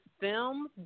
film